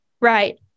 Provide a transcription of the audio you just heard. Right